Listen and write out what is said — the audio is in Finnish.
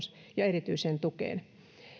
ja erityiseen tukeen